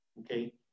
Okay